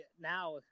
now